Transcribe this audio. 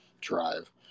drive